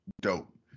dope